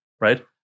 right